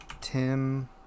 Tim